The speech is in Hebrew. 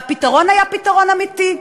והפתרון היה פתרון אמיתי.